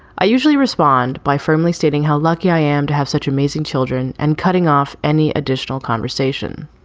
i usually respond by firmly stating how lucky i am to have such amazing children and cutting off any additional conversation.